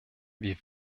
wie